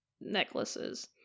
necklaces